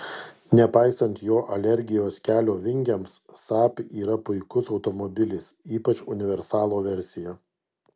nepaisant jo alergijos kelio vingiams saab yra puikus automobilis ypač universalo versija